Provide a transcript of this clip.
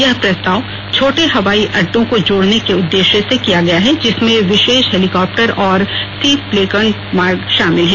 यह प्रस्ताव छोटे हवाई अड्डों को जोड़ने के उद्देश्य से किया गया है जिसमें विशेष हेलिकॉप्टेर और सी प्लेकन मार्ग शामिल हैं